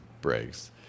breaks